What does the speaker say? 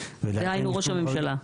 -- דהיינו ראש הממשלה.